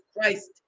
Christ